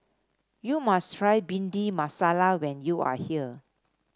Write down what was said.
you must try Bhindi Masala when you are here